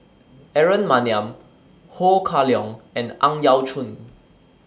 Aaron Maniam Ho Kah Leong and Ang Yau Choon